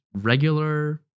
regular